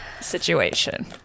situation